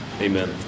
Amen